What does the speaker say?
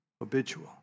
Habitual